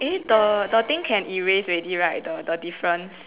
eh the the thing can erase already right the the difference